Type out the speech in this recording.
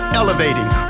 elevating